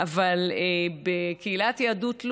זה היה בזליתן.